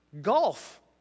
Golf